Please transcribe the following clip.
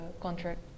contract